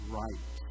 right